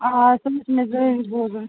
آ تٔمِس چھُ ضروٗری بوزُن